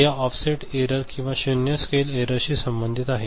ते या offset error किंवा शून्य स्केल एरर शी संबंधित आहे